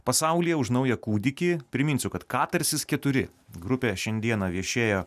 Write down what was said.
pasaulyje už naują kūdikį priminsiu kad katarsis keturi grupė šiandieną viešėjo